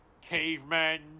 cavemen